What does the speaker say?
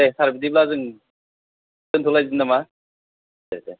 दे सार बिदिब्ला जों दोनथ' लायदिनि नामा दे दे